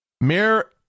Mayor